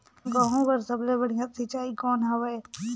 गहूं बर सबले बढ़िया सिंचाई कौन हवय?